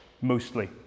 mostly